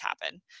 happen